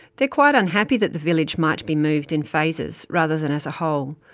they're quite unhappy that the village might be moved in phases, rather than as a whole.